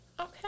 Okay